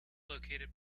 located